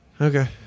Okay